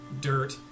dirt